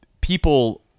people